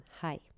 Hi